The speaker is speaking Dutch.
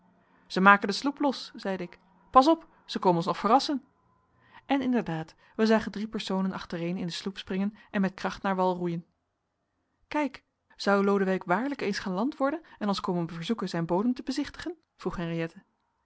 zij maken de sloep los zeide ik pas op zij komen ons nog verrassen en inderdaad wij zagen drie personen achtereen in de sloep springen en met kracht naar wal roeien kijk zou lodewijk waarlijk eens galant worden en ons komen verzoeken zijn bodem te bezichtigen vroeg